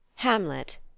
hamlet